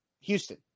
Houston